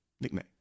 nickname